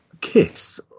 kiss